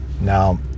Now